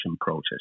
process